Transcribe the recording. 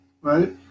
right